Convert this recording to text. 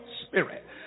spirit